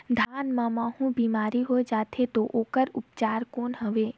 धान मां महू बीमारी होय जाथे तो ओकर उपचार कौन हवे?